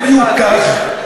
בדיוק כך.